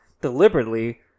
deliberately